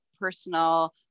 personal